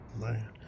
Man